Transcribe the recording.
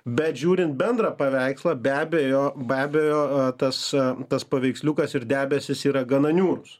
bet žiūrint bendrą paveikslą be abejo be abejo tas tas paveiksliukas ir debesys yra gana niūrūs